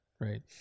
Right